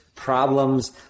problems